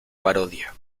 parodia